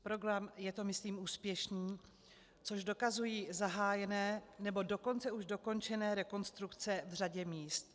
Program je to myslím úspěšný, což dokazují zahájené, nebo dokonce už dokončené rekonstrukce v řadě míst.